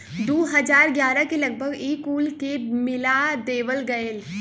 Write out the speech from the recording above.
दू हज़ार ग्यारह के लगभग ई कुल के मिला देवल गएल